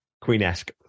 Queen-esque